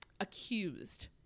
accused